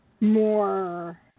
more